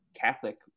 Catholic